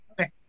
Okay